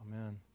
Amen